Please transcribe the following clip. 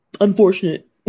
unfortunate